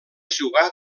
jugar